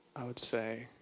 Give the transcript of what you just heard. i would say,